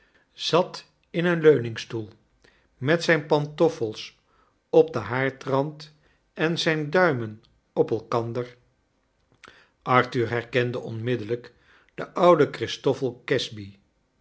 zat in een leuningstoel met zijn pant off els op den haardrand en zijn duimen op elkander arthur herkende onrniddellijk den ouden christoffel casby